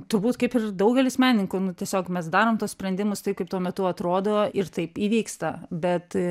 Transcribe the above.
turbūt kaip ir daugelis menininkų nu tiesiog mes darom tuos sprendimus taip kaip tuo metu atrodo ir taip įvyksta bet